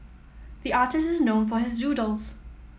the artist is known for his doodles